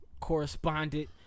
correspondent